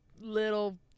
little